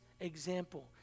example